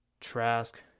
Trask